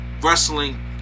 wrestling